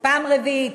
פעם רביעית.